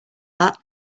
that